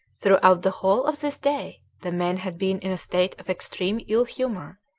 throughout the whole of this day the men had been in a state of extreme ill-humour,